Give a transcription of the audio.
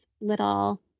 little